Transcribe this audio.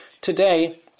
today